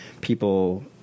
people